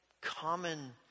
common